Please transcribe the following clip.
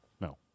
No